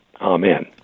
Amen